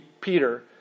Peter